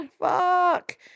fuck